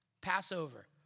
Passover